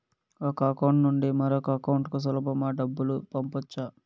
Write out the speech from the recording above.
ఒక అకౌంట్ నుండి మరొక అకౌంట్ కు సులభమా డబ్బులు పంపొచ్చా